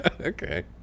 Okay